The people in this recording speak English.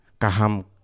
Kaham